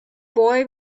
boy